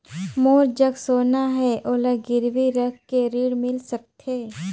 मोर जग सोना है ओला गिरवी रख के ऋण मिल सकथे?